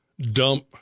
Dump